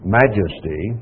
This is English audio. majesty